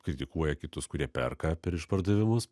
kritikuoja kitus kurie perka per išpardavimus